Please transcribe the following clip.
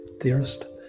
theorist